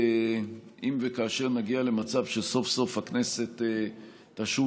אם וכאשר נגיע למצב שסוף-סוף הכנסת תשוב